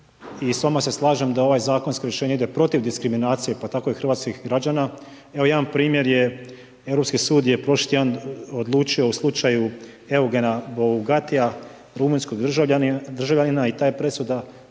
vama se slažem da ovaj zakonsko rješenje ide protiv diskriminacije, pa tako i hrvatskih građana. Evo, jedan primjer je, Europski sud je prošli sud odlučio u slučaju Eugena Bogatija, rumunjskog državljanina i ta je presuda